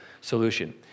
solution